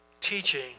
teaching